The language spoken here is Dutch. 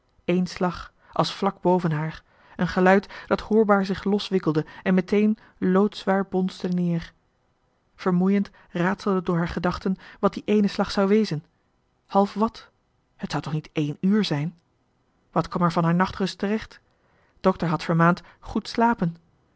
één slag als vlak boven haar een geluid dat hoorbaar zich loswikkelde en meteen loodzwaar bonsde neer vermoeiend raadselde door haar gedachten wat die eene slag wezen zou half wàt het zou toch niet al één uur zijn wat kwam er van haar nachtrust terecht dokter had vermaand goed slapen